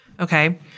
Okay